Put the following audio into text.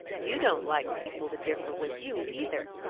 you don't like people to differ with you, either.